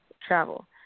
travel